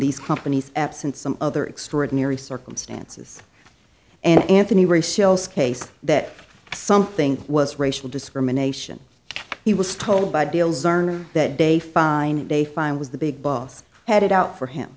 these companies absent some other extraordinary circumstances and anthony resells case that something was racial discrimination he was told by deal's earner that day fine day fine was the big boss had it out for him